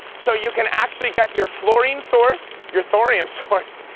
so you can actually get your fluorine source, your thorium source,